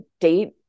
date